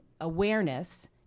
awareness